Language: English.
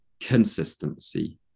consistency